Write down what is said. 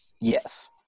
Yes